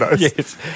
Yes